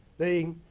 they